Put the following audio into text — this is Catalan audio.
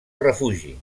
refugi